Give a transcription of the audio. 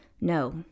No